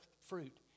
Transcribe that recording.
fruit